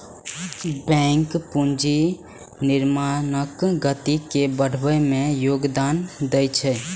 bank पूंजी निर्माणक गति के बढ़बै मे योगदान दै छै